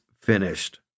finished